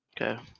Okay